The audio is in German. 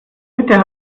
bitte